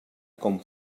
com